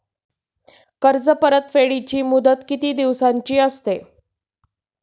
कर्ज परतफेडीची मुदत किती दिवसांची असते?